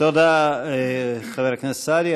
תודה, חבר הכנסת סעדי.